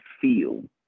feel